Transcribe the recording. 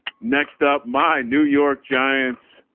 next up mine, new york giants.